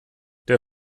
der